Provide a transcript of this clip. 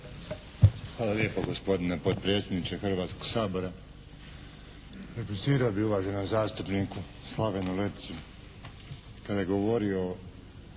Hvala lijepo gospodine potpredsjedniče Hrvatskog sabora. Replicirao bih uvaženom zastupniku Slavenu Letici kada je govorio